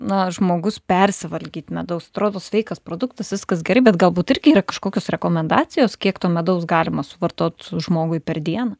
na žmogus persivalgyt medaus atrodo sveikas produktas viskas gerai bet galbūt irgi yra kažkokios rekomendacijos kiek to medaus galima suvartot žmogui per dieną